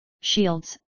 shields